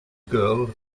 girl